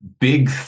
big